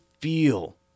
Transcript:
feel